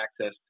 access